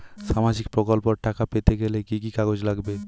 সামাজিক প্রকল্পর টাকা পেতে গেলে কি কি কাগজ লাগবে?